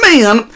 Man